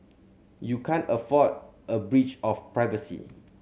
you can't afford a breach of privacy